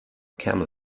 camel